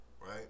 right